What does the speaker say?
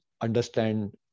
understand